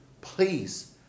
please